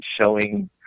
showing